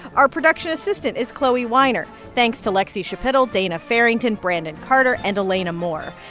our production assistant is chloe weiner. thanks to lexie schapitl, dana farrington, brandon carter and elena moore.